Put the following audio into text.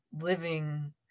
living